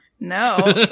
No